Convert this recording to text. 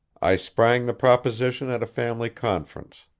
i sprang the proposition at a family conference.